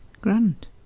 Grand